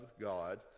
God